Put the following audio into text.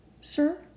sir